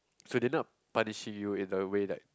so they are not punishing you in a way like